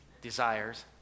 desires